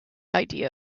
idea